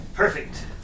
Perfect